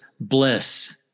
bliss